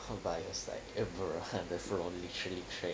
it was like eh bruh the floor literally thrash